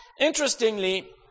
Interestingly